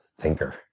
thinker